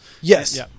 Yes